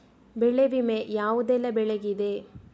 ಬೆಳೆ ವಿಮೆ ಯಾವುದೆಲ್ಲ ಬೆಳೆಗಿದೆ?